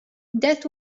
that